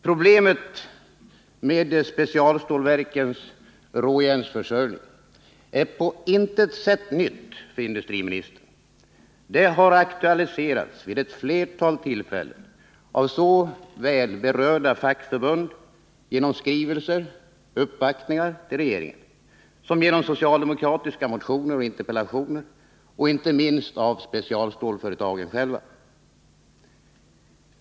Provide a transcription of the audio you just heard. Problemet med specialstålverkens råjärnsförsörjning är på intet sätt nytt för industriministern. Det har aktualiserats vid ett flertal tillfällen såväl av berörda fackförbund genom skrivelser och uppvaktningar hos regeringen som genom socialdemokratiska motioner och interpellationer samt inte minst genom specialstålsföretagen själva.